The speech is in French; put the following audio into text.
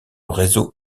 réseau